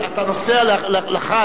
אתה נוסע לחאג'